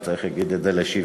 וצריך להגיד את זה לשבחה,